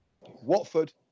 Watford